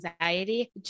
anxiety